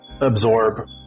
absorb